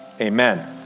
Amen